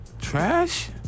Trash